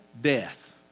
death